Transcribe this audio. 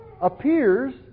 appears